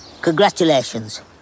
Congratulations